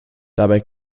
dabei